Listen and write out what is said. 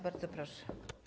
Bardzo proszę.